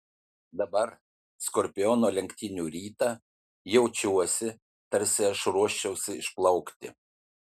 dabar skorpiono lenktynių rytą jaučiuosi tarsi aš ruoščiausi išplaukti